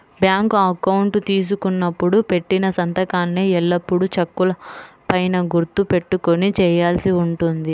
bank account తీసుకున్నప్పుడు పెట్టిన సంతకాన్నే ఎల్లప్పుడూ చెక్కుల పైన గుర్తు పెట్టుకొని చేయాల్సి ఉంటుంది